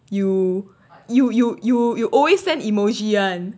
you you you you you you always stand emoji